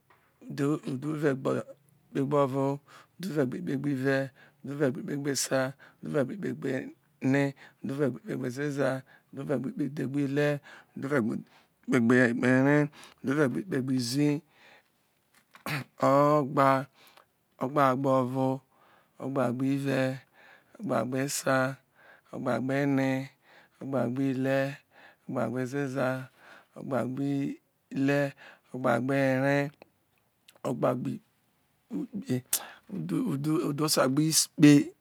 udhuuudhuregbo kpegboro udhure gbe ikpegbire udhuregbe ikpegbesa udhegbe ene udhuvegbo ikpegbe zeze udhuregbe udhogbile udhuregbe ikpegbere udhuregbe ikpegbnezi o̱gba ogbagbovo ogbagesa ogbagbe de ogbagbezeza ogbagbeile ogbagbere ogbugbike udho udhesagbo ikpe